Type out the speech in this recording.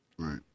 right